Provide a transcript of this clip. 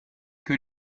que